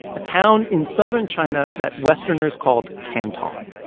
a town in southern china that westerners called canton.